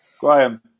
Graham